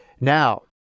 Now